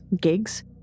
gigs